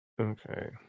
Okay